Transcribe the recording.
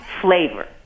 flavor